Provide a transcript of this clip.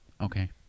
Okay